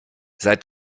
seit